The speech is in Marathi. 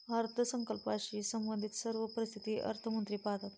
अर्थसंकल्पाशी संबंधित सर्व परिस्थिती अर्थमंत्री पाहतात